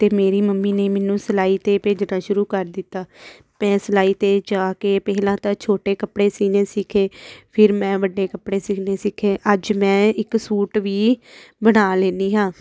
ਅਤੇ ਮੇਰੀ ਮੰਮੀ ਨੇ ਮੈਨੂੰ ਸਿਲਾਈ 'ਤੇ ਭੇਜਣਾ ਸ਼ੁਰੂ ਕਰ ਦਿੱਤਾ ਮੈਂ ਸਿਲਾਈ 'ਤੇ ਜਾ ਕੇ ਪਹਿਲਾਂ ਤਾਂ ਛੋਟੇ ਕੱਪੜੇ ਸਿਉਣੇ ਸਿੱਖੇ ਫਿਰ ਮੈਂ ਵੱਡੇ ਕੱਪੜੇ ਸਿਉਣੇ ਸਿੱਖੇ ਅੱਜ ਮੈਂ ਇੱਕ ਸੂਟ ਵੀ ਬਣਾ ਲੈਂਦੀ ਹਾਂ